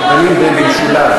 שהצעת, להצבעה?